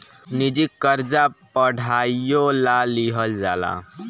निजी कर्जा पढ़ाईयो ला लिहल जाला